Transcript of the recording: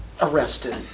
arrested